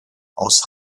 aus